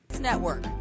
Network